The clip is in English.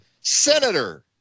Senator